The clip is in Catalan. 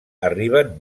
arriben